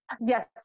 Yes